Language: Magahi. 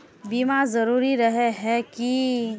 बीमा जरूरी रहे है की?